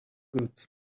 good